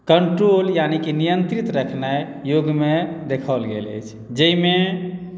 control यानी कि नियन्त्रित रखनाइ योगमे देखाओल गेल अछि जाहिमे